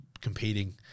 competing